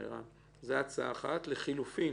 לחילופין,